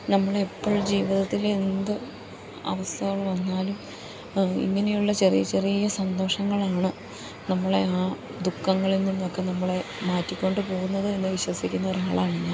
നമ്മളിപ്പോൾ ജീവിതത്തിൽ എന്ത് അവസ്ഥകൾ വന്നാലും ഇങ്ങനെയുള്ള ചെറിയ ചെറിയ സന്തോഷങ്ങളാണ് നമ്മളെ ആ ദുഃഖങ്ങളിൽ നിന്നൊക്കെ നമ്മളെ മാറ്റിക്കൊണ്ടുപോകുന്നത് എന്നു വിശ്വസിക്കുന്ന ഒരാളാണ് ഞാൻ